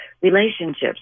relationships